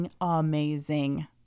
amazing